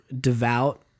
devout